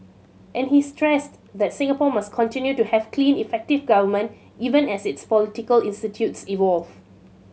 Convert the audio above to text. and he stressed that Singapore must continue to have clean effective government even as its political institutions evolve